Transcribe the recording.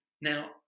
Now